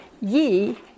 Ye